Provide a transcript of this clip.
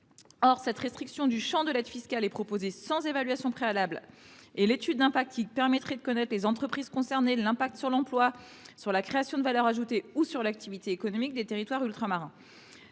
cette restriction du champ de l’aide fiscale est proposée sans évaluation préalable ni étude d’impact, alors que cela permettrait de connaître les entreprises concernées, les effets sur l’emploi, sur la création de valeur ajoutée ou sur l’activité économique des territoires ultramarins.